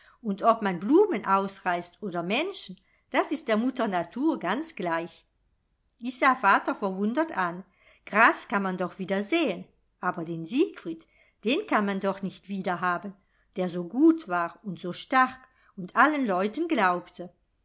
und ob man blumen ausreißt oder menschen das ist der mutter natur ganz gleich ich sah vater verwundert an gras kann man doch wieder säen aber den siegfried den kann man doch nicht wieder haben der so gut war und so stark und allen leuten glaubte